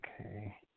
Okay